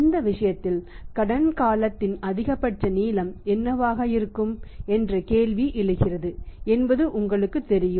இந்த விஷயத்தில் கடன் காலத்தின் அதிகபட்ச நீளம் என்னவாக இருக்க வேண்டும் என்ற கேள்வி எழுகிறது என்பது உங்களுக்குத் தெரியும்